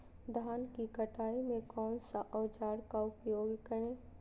धान की कटाई में कौन सा औजार का उपयोग करे?